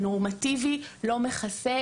הנורמטיבי לא מכסה,